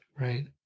right